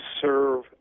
serve